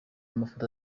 amafoto